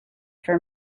for